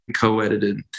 co-edited